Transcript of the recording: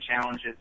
challenges